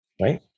Right